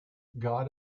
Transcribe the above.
god